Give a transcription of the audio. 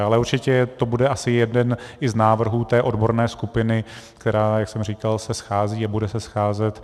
Ale určitě to bude asi jeden i z návrhů té odborné skupiny, která, jak už jsem říkal, se schází a bude se scházet.